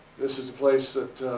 this is a place that